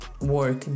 work